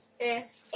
Yes